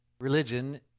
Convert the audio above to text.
religion